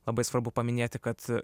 labai svarbu paminėti kad